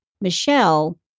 Michelle